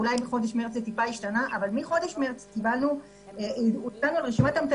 אולי מחודש מרץ זה טיפה השתנה של 90